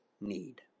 need